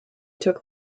took